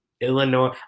Illinois